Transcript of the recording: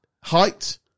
height